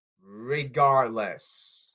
Regardless